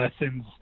lessons